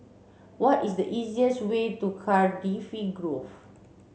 what is the easiest way to Cardifi Grove